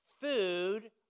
food